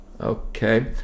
okay